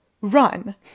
run